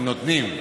אם נותנים,